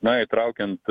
na įtraukiant